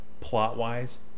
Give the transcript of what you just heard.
plot-wise